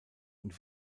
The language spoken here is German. und